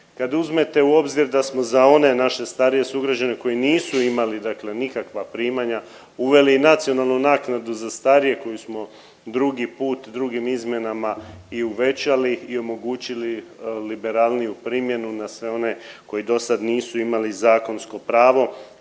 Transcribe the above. Kad uzmete u obzir da smo za one naše starije sugrađane koji nisu imali dakle nikakva primanja uveli nacionalnu naknadu za starije koju smo drugi put, drugim izmjenama i uvećali i omogućili liberalniju primjenu na sve one koji dosad nisu imali zakonsko pravo